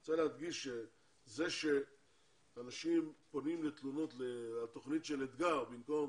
אני רוצה להדגיש שזה שאנשים פונים בתלונות לתוכנית של אתגר במקום